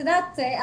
את יודעת,